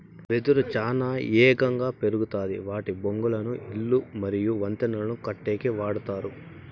వెదురు చానా ఏగంగా పెరుగుతాది వాటి బొంగులను ఇల్లు మరియు వంతెనలను కట్టేకి వాడతారు